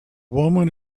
woman